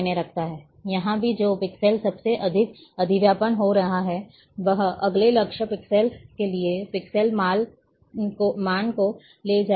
यहाँ भी जो पिक्सेल सबसे अधिक अधिव्यापन हो रहा है वह अगले लक्ष्य पिक्सेल के लिए पिक्सेल मान को ले जाएगा